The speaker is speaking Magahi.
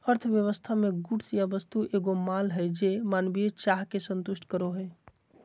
अर्थव्यवस्था मे गुड्स या वस्तु एगो माल हय जे मानवीय चाह के संतुष्ट करो हय